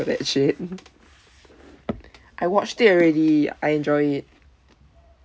that shit I watched it already I enjoy it